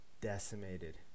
decimated